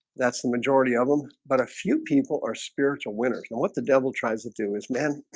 that's the majority of them but a few people or spiritual winners know what the devil tries to do is man